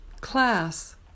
class